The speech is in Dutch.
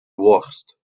worst